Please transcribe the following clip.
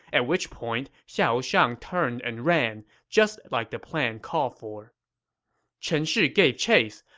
at which point xiahou shang turned and ran, just like the plan called for chen shi gave chase,